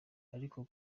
ariko